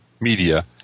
media